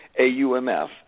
AUMF